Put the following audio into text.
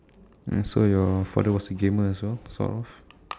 mm so your father was a gamer as well sort of